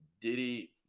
Diddy